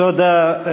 תודה.